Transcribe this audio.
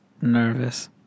nervous